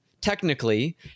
technically